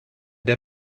der